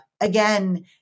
again